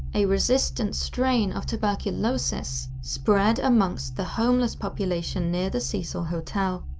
a resistant strain of tuberculosis spread amongst the homeless population near the cecil hotel.